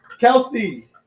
Kelsey